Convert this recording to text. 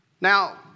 Now